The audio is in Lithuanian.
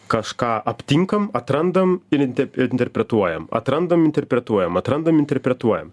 kažką aptinkam atrandam ir inti interpretuojam atrandam interpretuojam atrandam interpretuojam